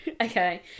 okay